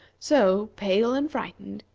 so, pale and frightened,